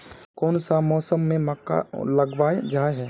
कोन सा मौसम में मक्का लगावल जाय है?